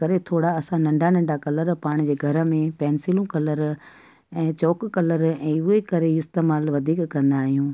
इन करे थोरा असां नंढा नंढा कलर पाण जे घर में पेंसिलूं कलर ऐं चॉक कलर ऐं उहे करे इस्तेमाल वधीक कंदा आहियूं